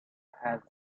has